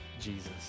Jesus